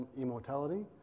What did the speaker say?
immortality